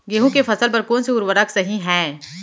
गेहूँ के फसल के बर कोन से उर्वरक सही है?